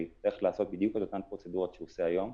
שיצטרך לעשות בדיוק את אותן פרוצדורות שהוא עושה היום.